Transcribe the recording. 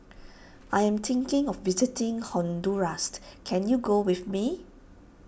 I am thinking of visiting Honduras can you go with me